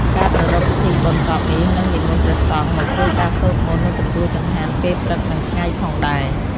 ការប្រារព្ធពិធីបុណ្យសពនេះនិងនិមន្តព្រះសង្ឃមកធ្វើការសូត្រមន្ត និងទទួលចង្ហាន់ពេលព្រឹកនិងថ្ងៃផងដែរ។